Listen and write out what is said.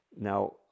Now